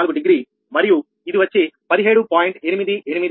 4 degree మరియు ఇది వచ్చి 17